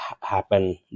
happen